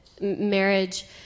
marriage